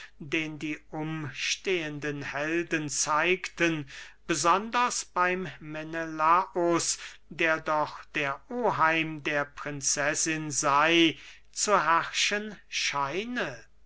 den die umstellenden helden zeigten besonders beym menelaus der doch der oheim der prinzessin sey zu herrschen scheine